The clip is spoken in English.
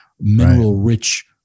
mineral-rich